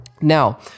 now